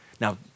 Now